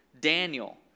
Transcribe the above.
Daniel